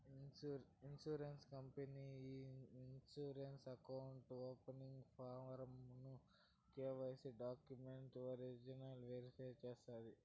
insurance company ఈ insurance account opening form ను KYC డాక్యుమెంట్లు ఒరిజినల్ వెరిఫై చేస్తాది